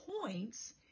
points